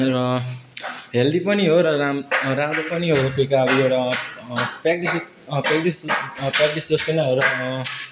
र हेल्दी पनि हो र राम् राम्रो पनि हो त्यो प्रेक्टिस जस्तो नि हो र